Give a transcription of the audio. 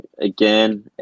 again